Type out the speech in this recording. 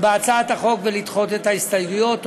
בהצעת החוק ולדחות את ההסתייגויות.